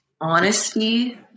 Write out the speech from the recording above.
honesty